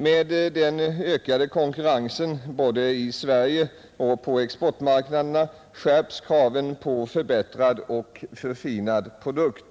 Med den ökande konkurrensen både i Sverige och på exportmarknaderna skärps kraven på förbättrad och förfinad produkt.